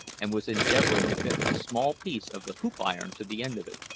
and was endeavouring to fit a small piece of the hoop-iron to the end of it.